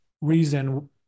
reason